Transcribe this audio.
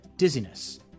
dizziness